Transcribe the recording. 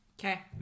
Okay